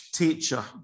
teacher